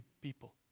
people